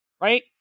right